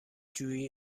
جوئی